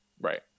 Right